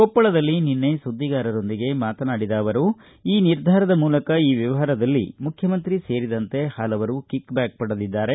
ಕೊಪ್ಪಳದಲ್ಲಿ ನಿನ್ನೆ ಸುದ್ದಿಗಾರರೊಂದಿಗೆ ಮಾತನಾಡಿದ ಅವರು ಈ ನಿರ್ಧಾರದ ಮೂಲಕ ಈ ವ್ಯವಹಾರದಲ್ಲಿ ಮುಖ್ಯಮಂತ್ರಿ ಸೇರಿದಂತೆ ಪಲವರು ಕಿಕ್ಬ್ಯಾಕ್ ಪಡೆದಿದ್ದಾರೆ